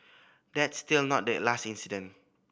that's still not the last incident